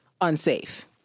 unsafe